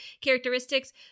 characteristics